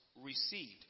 received